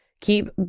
keep